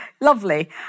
Lovely